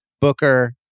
Booker